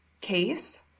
case